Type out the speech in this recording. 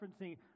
referencing